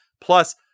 Plus